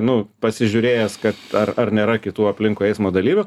nu pasižiūrėjęs kad ar ar nėra kitų aplinkui eismo dalyvių